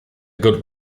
good